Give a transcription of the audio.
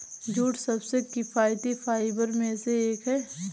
jute सबसे किफायती fibre में से एक है